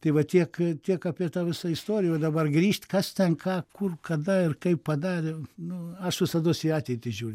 tai va tiek tiek apie tą visą istoriją o dabar grįžt kas ten ką kur kada ir kaip padarė nu aš visados į ateitį žiūriu